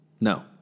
No